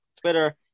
Twitter